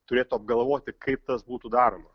turėtų apgalvoti kaip tas būtų daroma